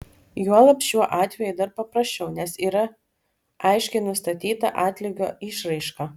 juolab šiuo atveju dar paprasčiau nes yra aiškiai nustatyta atlygio išraiška